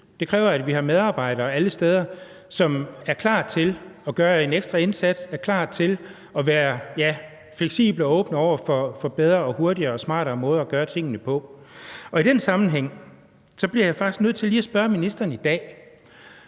Det kræver, at vi har medarbejdere alle steder, som er klar til at gøre en ekstra indsats, og som er klar til være fleksible og åbne over for bedre, hurtigere og smartere måder at gøre tingene på. I den sammenhæng bliver jeg faktisk nødt til lige at spørge ministeren i dag